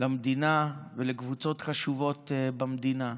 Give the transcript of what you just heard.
למדינה ולקבוצות חשובות במדינה.